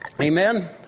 Amen